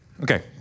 Okay